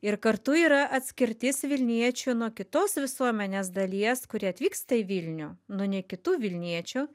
ir kartu yra atskirtis vilniečių nuo kitos visuomenės dalies kuri atvyksta į vilnių nu ne kitų vilniečių